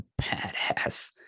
badass